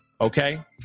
Okay